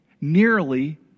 nearly